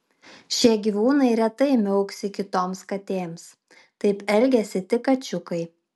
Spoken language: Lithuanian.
šie gyvūnai retai miauksi kitoms katėms taip elgiasi tik kačiukai